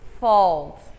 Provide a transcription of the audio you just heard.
Fold